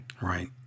Right